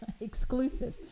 exclusive